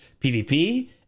PvP